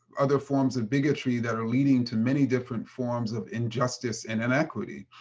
other forms of bigotry that are leading to many different forms of injustice and inequity.